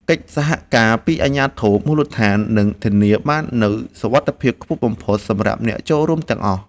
កិច្ចសហការពីអាជ្ញាធរមូលដ្ឋាននឹងធានាបាននូវសុវត្ថិភាពខ្ពស់បំផុតសម្រាប់អ្នកចូលរួមទាំងអស់។